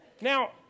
Now